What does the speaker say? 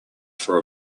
for